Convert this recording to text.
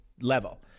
level—